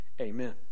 Amen